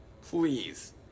Please